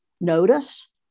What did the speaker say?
Notice